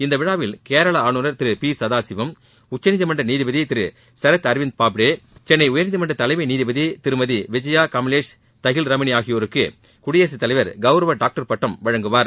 இந்த விழாவில் கேரள ஆளுநர் திரு பி சதாசிவம் உச்சநீதிமன்ற நீதிபதி திரு சரத் அரவிந்த் பாப்டே சென்னை உயர்நீதிமன்ற தலைமை நீதிபதி திருமதி விஜயா கமலேஷ் தஹில் ரமணி ஆகியோருக்கு குடியரசுத் தலைவர் கௌரவ டான்டர் பட்டம் வழங்குவார்